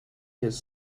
his